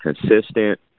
consistent